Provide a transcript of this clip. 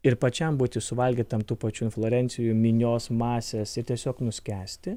ir pačiam būti suvalgytam tų pačių inflorencijų minios masės ir tiesiog nuskęsti